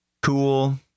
Cool